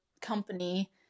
company